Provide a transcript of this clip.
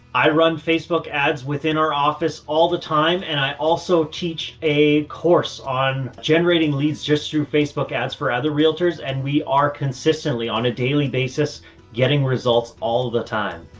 i run facebook ads within our office all the time and i also teach a course on generating leads just through facebook ads for other realtors and we are consistently on a daily basis getting results all the time.